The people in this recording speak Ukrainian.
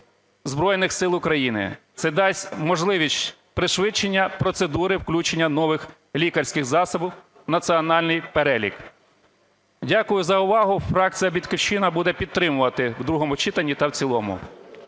Збройних Сил України. Це дасть можливість пришвидшення процедури включення нових лікарських засобі в національний перелік. Дякую за увагу. Фракція "Батьківщина" буде підтримувати в другому читанні та в цілому.